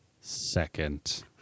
second